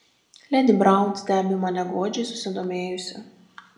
ledi braun stebi mane godžiai susidomėjusi